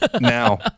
Now